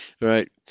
Right